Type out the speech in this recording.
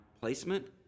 placement